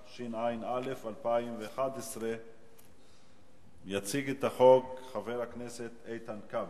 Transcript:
התשע"א 2011. יציג את החוק חבר הכנסת איתן כבל.